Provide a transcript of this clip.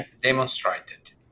demonstrated